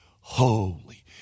holy